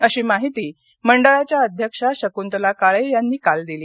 अशी माहिती मंडळाच्या अध्यक्षा शकृतला काळे यांनी काल दिली